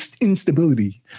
instability